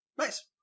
Nice